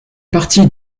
partie